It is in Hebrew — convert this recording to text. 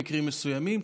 במקרים מסוימים,